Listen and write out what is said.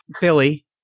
Billy